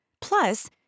Plus